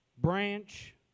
Branch